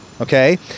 okay